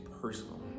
personal